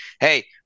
Hey